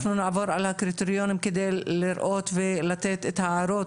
אנחנו נעבור על הקריטריונים כדי לראות ולתת את ההערות,